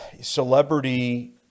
celebrity